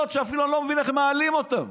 שאפילו אני לא מבין איך הם מעלים אותן.